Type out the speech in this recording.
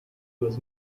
was